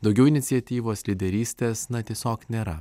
daugiau iniciatyvos lyderystės na tiesiog nėra